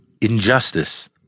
injustice